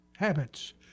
habits